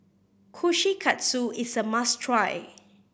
kushikatsu is a must try